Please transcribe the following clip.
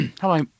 hello